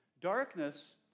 Darkness